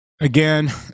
again